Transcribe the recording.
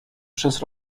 przez